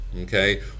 okay